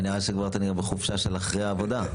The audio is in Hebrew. נראה שאתה בחופשה של אחרי עבודה.